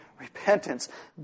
Repentance